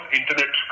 internet